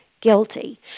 guilty